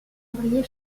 ouvrier